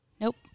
Nope